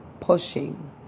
pushing